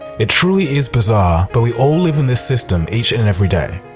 it truly is bizarre, but we all live in this system each and every day.